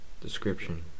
Description